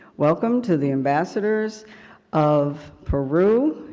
welcome, to the ambassadors of peru,